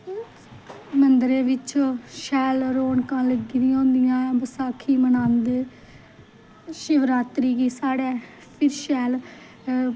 मन्दरें बिच्च शैल रौनकां लग्गी दियां होंदियां बसाखी मनांदे शिवरात्री गी साढ़ै फिर शैल